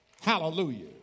Hallelujah